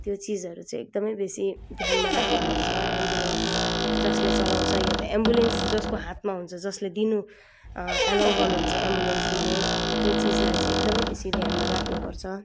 त्यो चिजहरू चाहिँ एकदम बेसी ध्यानमा राख्नु पर्छ एम्बुलेन्स जसले चलाउँछ वा त एम्बुलेन्स जसको हातमा हुन्छ जसले दिनु एलाउ गर्नु हुन्छ एम्बुलेन्स दिने त्यो चिजलाई चाहिँ एकदम बेसी ध्यानमा राख्नु पर्छ